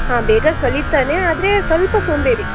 ಹಾಂ ಬೇಗ ಕಳೀತಾನೆ ಆದರೆ ಸ್ವಲ್ಪ ಸೋಮಾರಿ